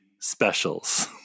specials